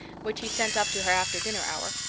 which he sent up to her after dinner hour,